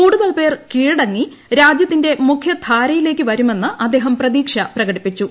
കൂടുതൽ പേർ കീഴടങ്ങി രാജ്യത്തിന്റെ മുഖ്യധാരയിലേക്ക് വരുമെന്ന് അദ്ദേഹം പ്രതീക്ഷ പ്രകടിപ്പിച്ചു